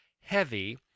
heavy